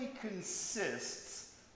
consists